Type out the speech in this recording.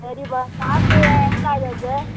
சரிப்பா காசு எவ்வளோ ஆயி வருது